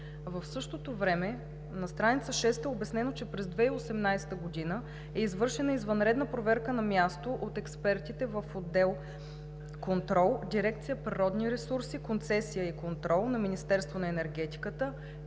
В същото време на страница шеста е обяснено, че през 2018 г. е извършена извънредно проверка на място от експертите в отдел „Контрол“, Дирекция „Природни ресурси, концесия и контрол“ на Министерството на енергетиката